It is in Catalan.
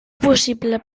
possible